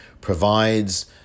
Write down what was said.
provides